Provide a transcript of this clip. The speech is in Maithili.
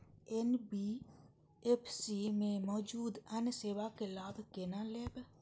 एन.बी.एफ.सी में मौजूद अन्य सेवा के लाभ केना लैब?